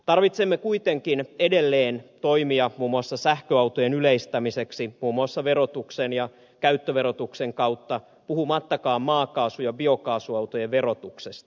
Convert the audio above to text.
tarvitsemme kuitenkin edelleen toimia muun muassa sähköautojen yleistämiseksi muun muassa verotuksen ja käyttöverotuksen kautta puhumattakaan maakaasu ja biokaasuautojen verotuksesta